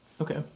Okay